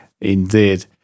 indeed